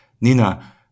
Nina